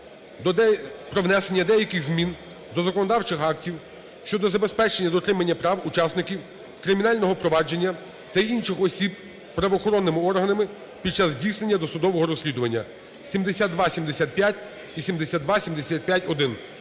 про внесення змін до деяких законодавчих актів щодо забезпечення дотримання прав учасників кримінального провадження та інших осіб правоохоронними органами під час здійснення досудового розслідування (7275 і 7275-1).